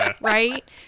right